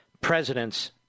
president's